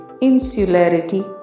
insularity